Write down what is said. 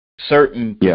Certain